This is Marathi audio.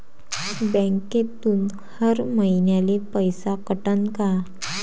बँकेतून हर महिन्याले पैसा कटन का?